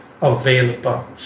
available